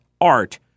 art